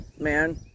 man